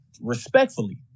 respectfully